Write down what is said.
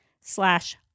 slash